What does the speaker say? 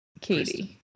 katie